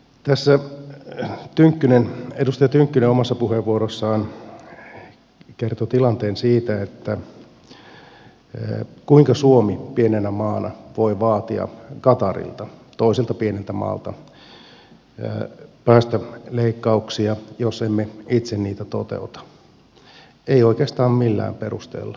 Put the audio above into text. tässä edustaja tynkkynen omassa puheenvuorossaan kertoi tilanteen siitä kuinka suomi pienenä maana voi vaatia qatarilta toiselta pieneltä maalta päästöleikkauksia jos emme itse niitä toteuta ei oikeastaan millään perusteella